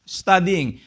studying